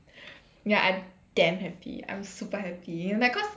ya I damn happy I'm super happy like cause